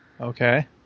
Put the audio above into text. Okay